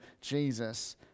Jesus